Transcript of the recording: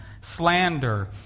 slander